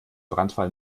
brandfall